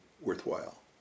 worthwhile